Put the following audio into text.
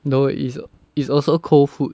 no is is also cold food